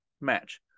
match